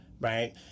right